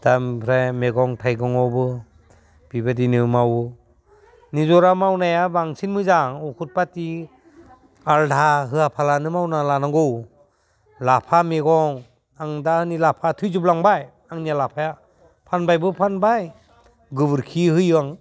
दा ओमफ्राय मैगं थाइगङावबो बेबायदिनो मावो निजा मावनाया बांसिन मोजां अखुद फाथि आलधा होआ फालानो मावना लानांगौ लाफा मैगं आं दा नै लाफा थैजोबलांबाय आंनि लाफाया फानबायबो फानबाय गोबोरखि होयो आं